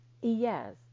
yes